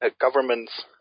governments